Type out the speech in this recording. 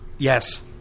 Yes